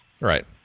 Right